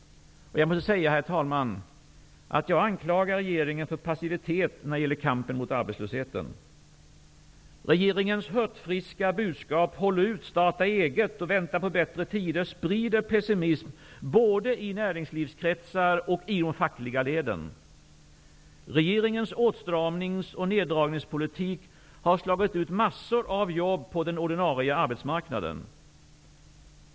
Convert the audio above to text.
Jag vill säga, herr talman, att jag anklagar regeringen för passivitet när det gäller kampen mot arbetslösheten. Regeringens hurtfriska budskap -- håll ut, starta eget och vänta på bättre tider -- sprider pessimism, både i näringslivskretsar och i de fackliga leden. Regeringens åstramnings och neddragningspolitik har slagit ut massor av jobb på den ordinarie arbetsmarknaden.